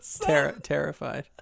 terrified